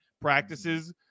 practices